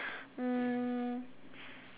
um